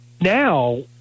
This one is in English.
now